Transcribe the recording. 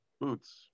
Boots